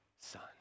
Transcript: son